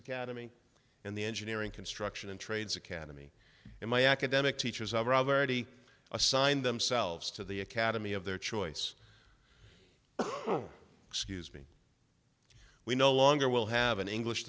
academy and the engineering construction and trades academy and my academic teachers are already assigned themselves to the academy of their choice excuse me we no longer will have an english